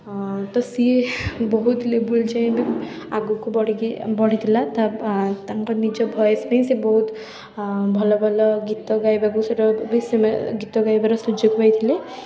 ହଁ ତ ସିଏ ବହୁତ ଲେବୁଲ୍ ଯାଏଁ ବି ଆଗକୁ ବଢ଼ିକି ବଢ଼ିଥିଲା ତା' ତାଙ୍କ ନିଜ ଭଏସ୍ ପାଇଁ ସେ ବହୁତ ଭଲ ଭଲ ଗୀତ ଗାଇବାକୁ ସେଠାକୁ ବି ସେମା ଗୀତ ଗାଇବାର ସୁଯୋଗ ପାଇଥିଲେ